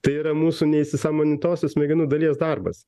tai yra mūsų neįsisąmonintosios smegenų dalies darbas